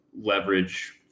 leverage